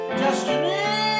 destiny